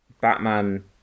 Batman